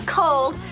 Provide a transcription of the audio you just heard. cold